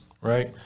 right